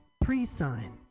pre-sign